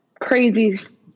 crazy